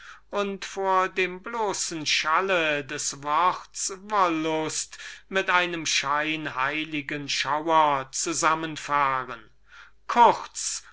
und von dem bloßen schall des worts wollust mit einem heiligen schauer errötend oder erblassend zusammenfahren kurz